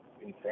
insane